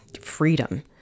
freedom